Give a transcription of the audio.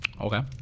Okay